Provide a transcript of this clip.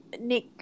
Nick